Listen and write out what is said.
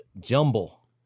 jumble